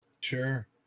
sure